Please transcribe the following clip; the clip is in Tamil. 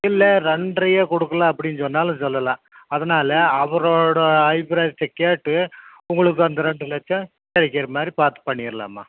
இல்லை ரெண்டரையே கொடுக்கலாம் அப்படின்னு சொன்னாலும் சொல்லலாம் அதனால் அவரோட அபிப்பிராயத்த கேட்டு உங்களுக்கு அந்த ரெண்டு லட்சம் கிடைக்கிற மாதிரி பார்த்து பண்ணிடலாம்மா